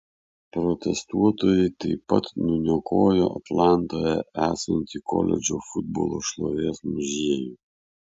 protestuotojai taip pat nuniokojo atlantoje esantį koledžo futbolo šlovės muziejų